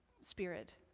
Spirit